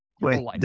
Wait